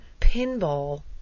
Pinball